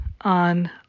on